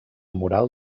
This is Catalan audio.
mural